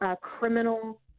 criminal